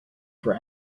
for